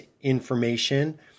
information